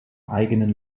eigenen